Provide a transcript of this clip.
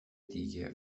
دیگه